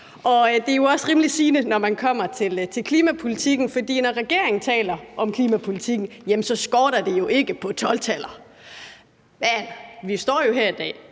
Det er jo også rimelig sigende, når man kommer til klimapolitikken, for når regeringen taler om klimapolitikken, skorter det jo ikke på 12-taller. Vi står jo her i dag,